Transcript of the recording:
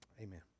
Amen